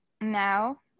now